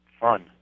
fun